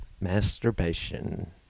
Masturbation